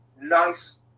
nice